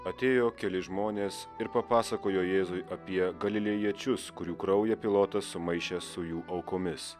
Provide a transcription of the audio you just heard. atėjo keli žmonės ir papasakojo jėzui apie galilėjiečius kurių kraują pilotas sumaišė su jų aukomis